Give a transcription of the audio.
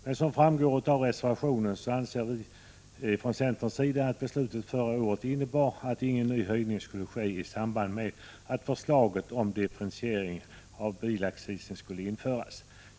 Men som framgår av reservationen anser vi från centerns sida att beslutet förra året innebar att inga nya höjningar skulle ske i samband med att en differentiering av bilaccisen infördes.